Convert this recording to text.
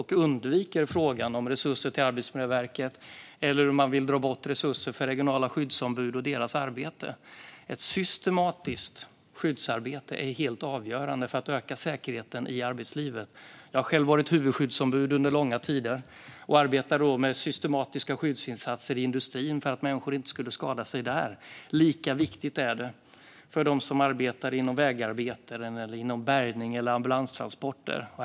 Han undviker ju då frågan om resurser till Arbetsmiljöverket eller om att man vill dra bort resurser för regionala skyddsombud och deras arbete. Ett systematiskt skyddsarbete är helt avgörande för att öka säkerheten i arbetslivet. Jag har själv varit huvudskyddsombud under långa tider och arbetade då med systematiska skyddsinsatser i industrin för att människor inte skulle skada sig där. Lika viktigt är det för dem som arbetar inom vägarbeten, bärgning eller ambulanstransporter.